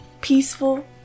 peaceful